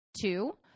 Two